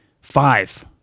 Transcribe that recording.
five